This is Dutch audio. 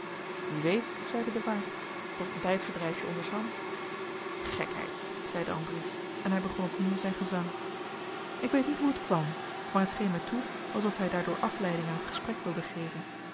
wie weet zeide de waard tot een tijdverdrijfje ondershands gekheid zeide andries en hij begon opnieuw zijn gezang ik weet niet hoe het kwam maar het scheen mij toe als of hij daardoor afleiding aan het gesprek wilde geven